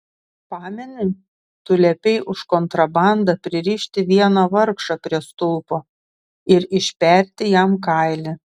pameni tu liepei už kontrabandą pririšti vieną vargšą prie stulpo ir išperti jam kailį